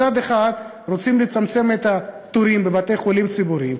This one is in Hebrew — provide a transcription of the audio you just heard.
מצד אחד רוצים לצמצם את התורים בבתי-חולים ציבוריים,